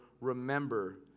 Remember